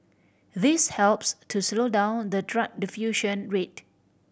this helps to slow down the drug diffusion rate